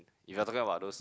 you're talking about those